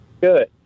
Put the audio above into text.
Good